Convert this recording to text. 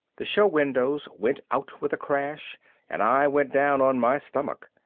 the show windows went out with a crash and i went down on my stomach.